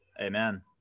amen